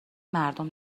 مردم